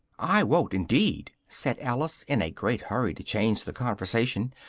i won't indeed! said alice, in a great hurry to change the conversation,